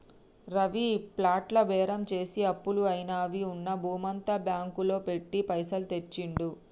రవి ప్లాట్ల బేరం చేసి అప్పులు అయినవని ఉన్న భూమంతా బ్యాంకు లో పెట్టి పైసలు తెచ్చిండు